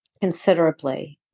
considerably